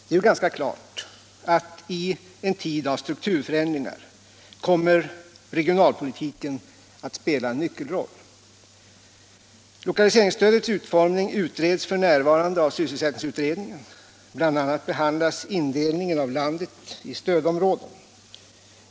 Det är ganska klart att i en tid av strukturförändringar kommer regionalpolitiken att ha en nyckelroll. Lokaliseringsstödets utformning utreds f. n. av sysselsättningsutredningen. Bl. a. behandlas indelningen av landet i stödområden.